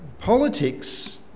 politics